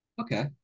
Okay